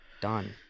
done